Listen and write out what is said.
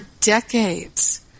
decades